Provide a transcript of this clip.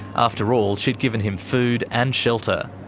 after all, she'd given him food and shelter.